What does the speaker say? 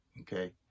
okay